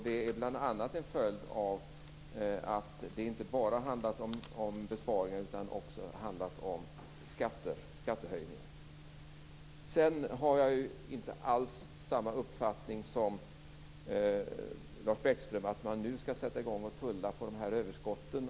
Det är bl.a. en följd av att det inte bara handlat om besparingar utan också om skattehöjningar. Jag har inte alls samma uppfattning som Lars Bäckström, att vi nu skall börja tulla på överskotten.